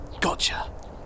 Gotcha